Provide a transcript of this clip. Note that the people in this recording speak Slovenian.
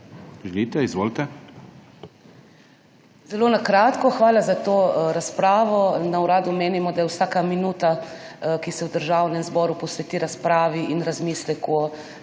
sekretarka UVRSSZS): Zelo na kratko. Hvala za to razpravo. Na uradu menimo, da je vsaka minuta, ki se v Državnem zboru posveti razpravi in razmisleku